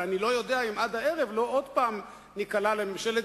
אבל אני לא יודע אם עד הערב לא ניקלע שוב לממשלת